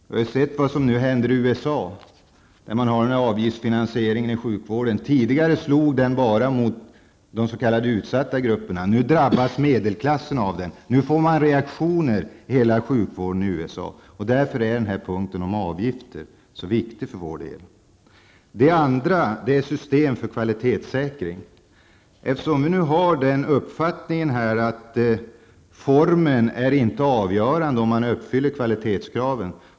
Vi har sett vad som nu händer i USA, där man har avgiftsfinansiering av sjukvården. Tidigare slog detta bara mot de s.k. utsatta grupperna. Nu drabbas medelklassen. Nu blir det reaktioner i hela USA. Därför är denna fråga om avgifter viktig för vår del. Vi vill också ha ett system för kvalitetssäkring, eftersom vi har den uppfattningen att formen inte är avgörande om man uppfyller kvalitetskraven.